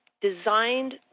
designed